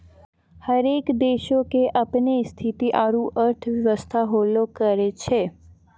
हरेक देशो के अपनो स्थिति आरु अर्थव्यवस्था होलो करै छै